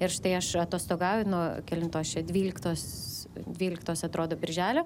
ir štai aš atostogauju nuo kelintos čia dvyliktos dvyliktos atrodo birželio